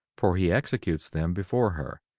for he executes them before her,